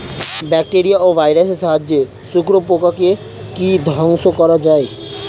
Bacteria ও ভাইরাসের সাহায্যে শত্রু পোকাকে কি ধ্বংস করা যায়?